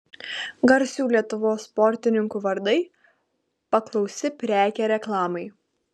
garsių lietuvos sportininkų vardai paklausi prekė reklamai